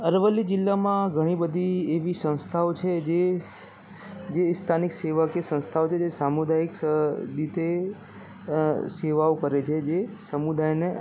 અરવલ્લી જિલ્લામાં ઘણી બધી એવી સંસ્થાઓ છે જે જે સ્થાનિક સેવાકીય સંસ્થાઓ છે જે સામુદાયિક રીતે અ સેવાઓ કરે છે જે સમુદાયને